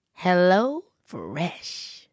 HelloFresh